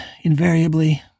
invariably